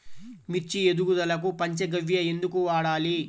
మిర్చి ఎదుగుదలకు పంచ గవ్య ఎందుకు వాడాలి?